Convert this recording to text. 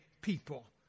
people